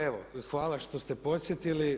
Evo, hvala što ste podsjetili.